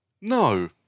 No